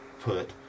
put